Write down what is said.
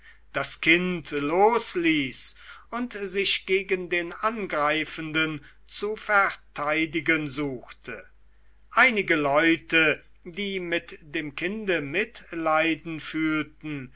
das kind losließ und sich gegen den angreifenden zu verteidigen suchte einige leute die mit dem kinde mitleiden fühlten